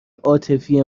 عاطفی